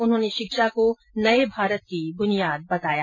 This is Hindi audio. उन्होंने शिक्षा को नये भारत की बुनियाद बताया